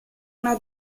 una